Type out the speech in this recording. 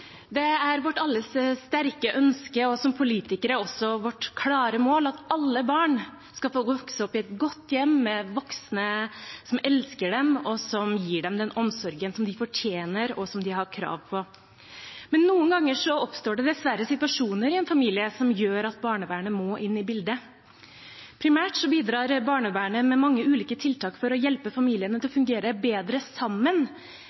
Det er vårt alles sterke ønske og også vårt klare mål som politikere at alle barn skal få vokse opp i et godt hjem, med voksne som elsker dem, og som gir dem den omsorgen som de fortjener, og som de har krav på. Men noen ganger oppstår det dessverre situasjoner i en familie som gjør at barnevernet må inn i bildet. Primært bidrar barnevernet med mange ulike tiltak for å hjelpe familiene til å fungere bedre sammen,